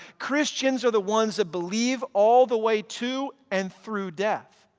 christians are the ones that believe all the way to and through death.